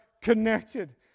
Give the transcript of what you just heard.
connected